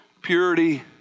Purity